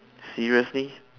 seriously